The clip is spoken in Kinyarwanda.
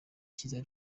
cyiza